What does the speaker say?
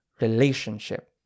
relationship